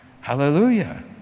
hallelujah